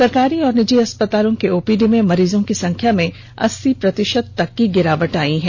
सरकारी और निजी अस्पतालों के ओपीडी में मरीजों की संख्या में अस्सी प्रति त तक की गिरावट आयी है